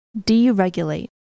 Deregulate